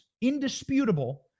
indisputable